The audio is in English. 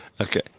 Okay